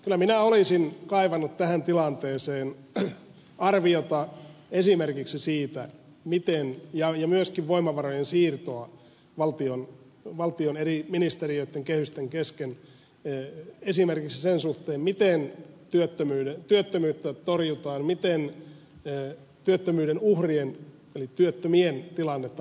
kyllä minä olisin kaivannut tähän tilanteeseen arviota ja myöskin voimavarojen siirtoa valtion eri ministeriöitten kehysten kesken esimerkiksi sen suhteen miten työttömyyttä torjutaan miten työttömyyden uhrien eli työttömien tilannetta parannetaan